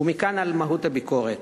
ומכאן, על מהות הביקורת.